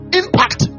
impact